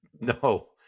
no